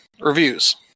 reviews